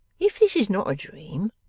if this is not a dream,